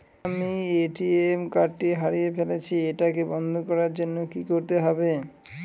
আমি ATM card টি হারিয়ে ফেলেছি এটাকে বন্ধ করার জন্য কি করতে হবে?